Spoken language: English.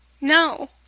No